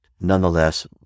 nonetheless